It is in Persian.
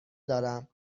دارم